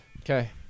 Okay